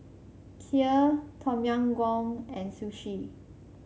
Kheer Tom Yam Goong and Sushi